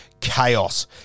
chaos